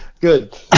Good